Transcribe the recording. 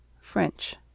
French